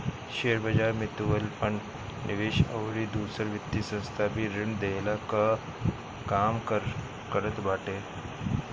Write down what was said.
शेयरबाजार, mutual fund, निवेश अउरी दूसर वित्तीय संस्था भी ऋण देहला कअ काम करत बाटे